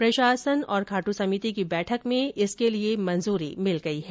प्रशासन और खाट्र समिति की बैठक में इसके लिए अनुमति मिल गई है